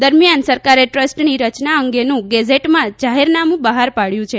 દરમિયાન સરકારે ટ્રસ્ટની રયના અંગેનું ગેઝેટમાં જાહેરનામું બહાર પાડ્યું છે